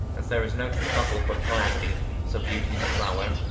as there is no true cuckold but calamity, so beauty's a flower.